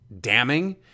damning